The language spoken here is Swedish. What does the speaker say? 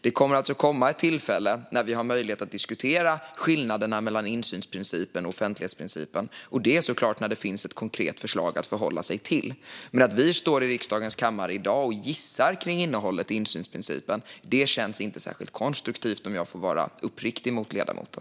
Det kommer ett tillfälle då vi får möjlighet att diskutera skillnaden mellan insynsprincipen och offentlighetsprincipen. Det blir givetvis när det finns ett konkret förslag att förhålla sig till. Att vi står i riksdagens kammare i dag och gissar om innehållet i insynsprincipen känns inte särskilt konstruktivt, om jag får vara uppriktig mot ledamoten.